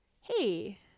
Hey